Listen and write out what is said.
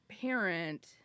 parent